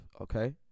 okay